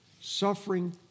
Suffering